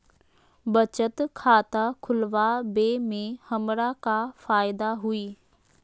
बचत खाता खुला वे में हमरा का फायदा हुई?